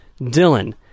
Dylan